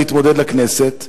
להתמודד לכנסת.